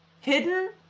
hidden